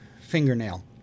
fingernail